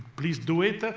please do it.